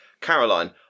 caroline